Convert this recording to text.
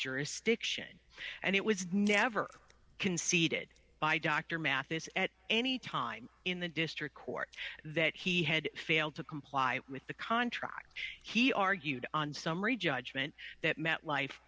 jurisdiction and it was never conceded by dr mathis at any time in the district court that he had failed to comply with the contract he argued on summary judgment that met life